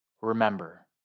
remember